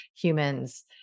humans